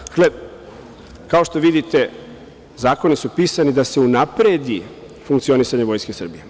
Dakle, kao što vidite, zakoni su pisani da se unapredi funkcionisanje Vojske Srbije.